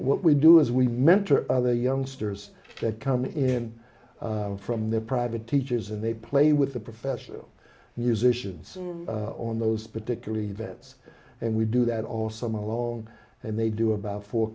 what we do is we mentor other youngsters that come in from their private teachers and they play with the professional musicians on those particular events and we do that all summer long and they do about fo